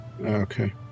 Okay